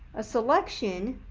a selection,